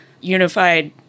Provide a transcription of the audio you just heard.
unified